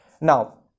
now